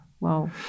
Wow